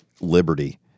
liberty